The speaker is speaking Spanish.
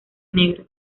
negro